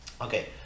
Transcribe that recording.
Okay